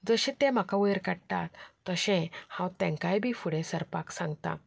जशे ते म्हाका वयर काडटा तशे हांव तेंकांय बी फुडें सरपाक सांगता